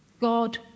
God